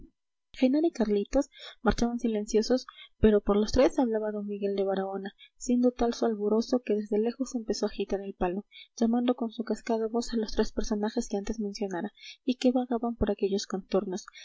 genara y carlitos marchaban silenciosos pero por los tres hablaba d miguel de baraona siendo tal su alborozo que desde lejos empezó a agitar el palo llamando con su cascada voz a los tres personajes que antes mencionara y que vagaban por aquellos contornos